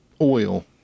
oil